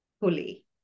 fully